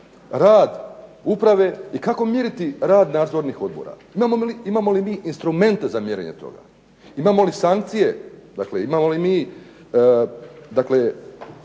rad uprave i kako mjeriti rad nadzornih odbora? Imamo li mi instrumente za mjerenje toga? Imamo li mi sankcije? Imamo li mjere